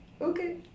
Okay